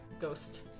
Ghost